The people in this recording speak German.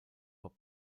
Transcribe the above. hop